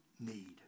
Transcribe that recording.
need